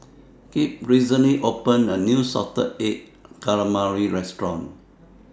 Kipp recently opened A New Salted Egg Calamari Restaurant